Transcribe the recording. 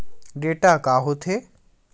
Data का होथे?